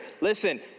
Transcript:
listen